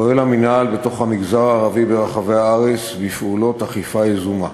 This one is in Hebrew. פועל המינהל בתוך המגזר הערבי ברחבי הארץ בפעולות אכיפה יזומה.